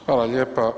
Hvala lijepa.